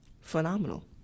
phenomenal